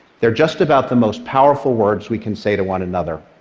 they're just about the most powerful words we can say to one another,